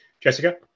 Jessica